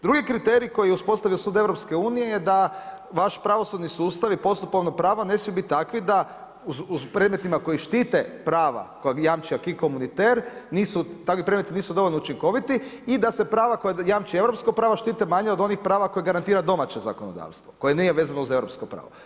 Drugi kriterij koji je uspostavio sud EU-a je da vaš pravosudni sustav i postupovno pravo ne smiju biti takvi da u predmetima koji štite prava koja jamče … takvi predmeti nisu dovoljno učinkoviti i da se prava koja jamče europsko pravo, štite manje od onih prava koja garantira domaće zakonodavstvo koje nije vezano uz europsko pravo.